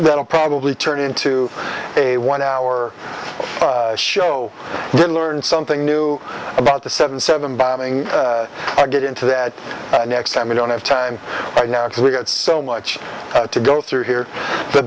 will probably turn into a one hour show then learn something new about the seven seven bombing i get into that next time we don't have time right now because we had so much to go through here the